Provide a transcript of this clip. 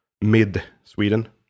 mid-Sweden